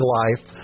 life